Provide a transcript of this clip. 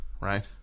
right